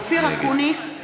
(קוראת בשם חבר הכנסת) אופיר אקוניס,